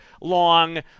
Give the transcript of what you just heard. long